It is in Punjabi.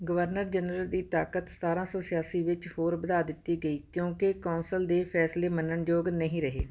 ਗਵਰਨਰ ਜਨਰਲ ਦੀ ਤਾਕਤ ਸਤਾਰ੍ਹਾਂ ਸੌ ਛਿਆਸੀ ਵਿੱਚ ਹੋਰ ਵਧਾ ਦਿੱਤੀ ਗਈ ਕਿਉਂਕਿ ਕੌਂਸਲ ਦੇ ਫ਼ੈਸਲੇ ਮੰਨਣਯੋਗ ਨਹੀਂ ਰਹੇ